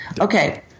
Okay